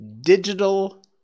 digital